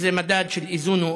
שזה מדד של איזון,